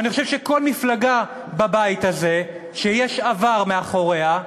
אני חושב שכל מפלגה בבית הזה שיש עבר מאחוריה,